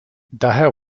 daher